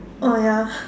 oh ya